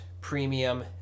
premium